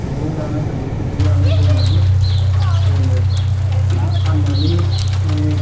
न'आव लाना फैयो न'आव लाना फैनानै जोङो फाननानै माने